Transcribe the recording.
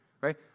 Right